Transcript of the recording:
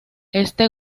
este